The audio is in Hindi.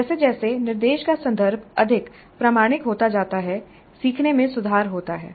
जैसे जैसे निर्देश का संदर्भ अधिक प्रामाणिक होता जाता है सीखने में सुधार होता है